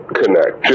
connect